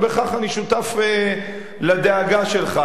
ובכך אני שותף לדאגה שלך.